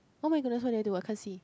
oh my goodness what did I do I can't see